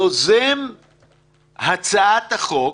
וראו זה פלא, יוזם הצעת החוק,